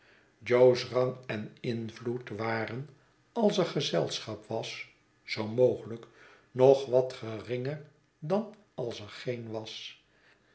jo's rang en invlped waren als er gezelschap was zoo mogelijk nog wat geringer dan als er geen was